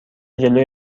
جلوی